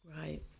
Right